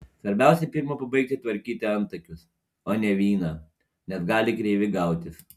svarbiausia pirma pabaigti tvarkyti antakius o ne vyną nes gali kreivi gautis